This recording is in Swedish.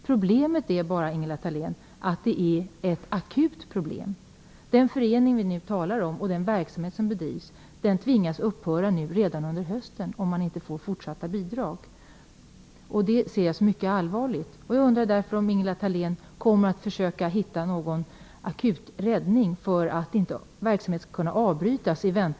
Problemet är bara, Ingela Thalén, att det är ett akut problem. Den förening vi nu talar om och den verksamhet som bedrivs tvingas upphöra redan under hösten om man inte får fortsatta bidrag. Det ser jag som mycket allvarligt.